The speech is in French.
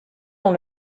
dans